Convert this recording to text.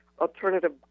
alternative